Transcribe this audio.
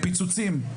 פיצוצים,